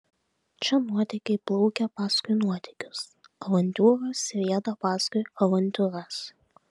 čia nuotykiai plaukia paskui nuotykius avantiūros rieda paskui avantiūras